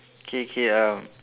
K K uh